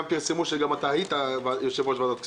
פרסמו גם שאתה היית יושב-ראש ועדת הכספים.